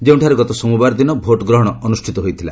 ଯେଉଁଠାରେ ଗତ ସୋମବାରଦିନ ଭୋଟଗ୍ରହଣ ଅନ୍ଦୁଷ୍ଠିତ ହୋଇଥିଲା